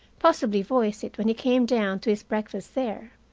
possibly voiced it when he came down to his breakfast there.